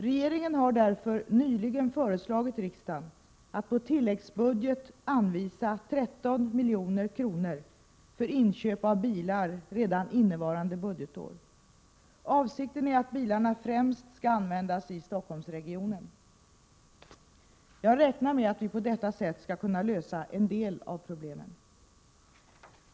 Regeringen har därför nyligen föreslagit riksdagen att på tilläggsbudget anvisa 13 milj.kr. för inköp av bilar redan innevarande budgetår. Avsikten är att bilarna främst skall användas i Stockholmsregionen. Jag räknar med att vi på detta sätt skall kunna lösa en del av problemen.